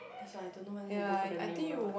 that's why I don't know whether they go for the name not